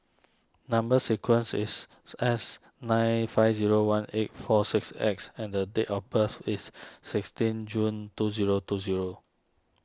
Number Sequence is S nine five zero one eight four six X and date of birth is sixteen June two zero two zero